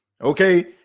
Okay